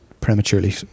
prematurely